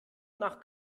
nach